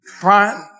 Brian